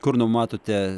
kur numatote